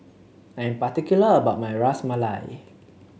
I'm particular about my Ras Malai